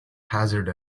hazard